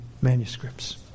manuscripts